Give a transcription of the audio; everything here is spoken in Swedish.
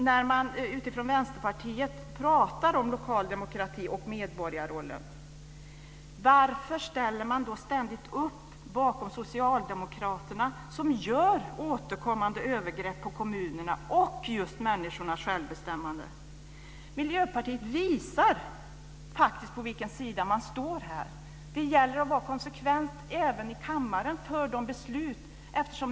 När man från Vänsterpartiet pratar om lokal demokrati och om medborgarrollen, varför ställer man då ständigt upp bakom Socialdemokraterna som gör återkommande övergrepp på kommunerna och människornas självbestämmande? Miljöpartiet visar på vilken sida man står här. Det gäller att vara konsekvent även i kammaren i de här besluten.